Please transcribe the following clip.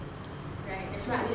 right that's why I need